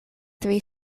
three